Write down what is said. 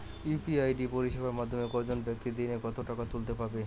UPI পরিষেবার মাধ্যমে একজন ব্যাক্তি দিনে কত টাকা তুলতে পারবে?